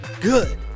good